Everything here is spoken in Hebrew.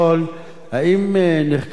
1. האם נחקר הנושא?